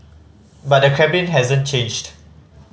but the Kremlin hasn't changed